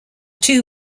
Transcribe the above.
two